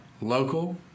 Local